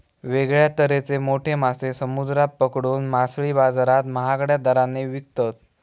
वेगळ्या तरेचे मोठे मासे समुद्रात पकडून मासळी बाजारात महागड्या दराने विकतत